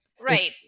Right